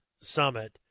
Summit